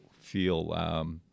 feel